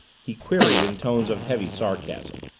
he queried in tones of heavy sarcasm.